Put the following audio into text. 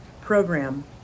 program